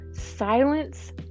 Silence